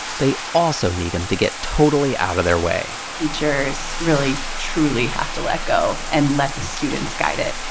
they also need him to get totally out of their way. teachers really truly have to let go and let the students guide it.